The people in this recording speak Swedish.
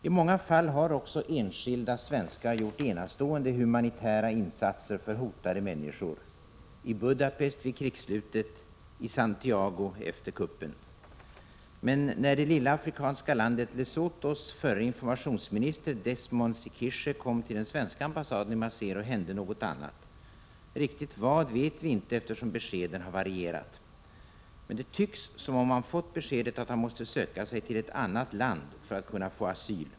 I många fall har också enskilda svenskar gjort enastående humanitära insatser för hotade människor — i Budapest vid krigsslutet, i Santiago efter kuppen. När förre informationsministern i det lilla afrikanska landet Lesotho, Desmond Sixishe, kom till den svenska ambassaden i Maseru hände något annat. Riktigt vad vet vi inte, eftersom beskeden har varierat. Men det tycks som om han fått beskedet att han måste söka sig till ett annat land för att kunna få asyl.